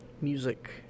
music